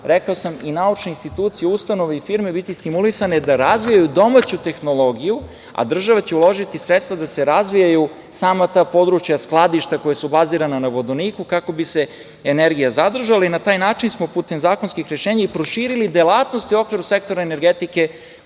rekao sam, i naučne institucije, ustanove i firme biti stimulisane da razvijaju domaću tehnologiju, a država će uložiti sredstva da se razvijaju sama ta područja skladišta koja su bazirana na vodoniku, kako bi se energija zadržala i na taj način smo putem zakonskih rešenja i proširili delatnosti u okviru sektora energetike